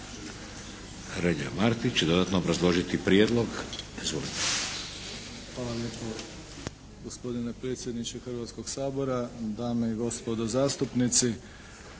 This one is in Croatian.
Hrvatskog sabora, dame i gospodo zastupnici.